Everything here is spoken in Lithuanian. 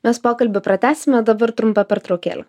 mes pokalbį pratęsim o dabar trumpa pertraukėlė